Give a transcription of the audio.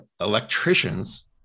electricians